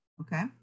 Okay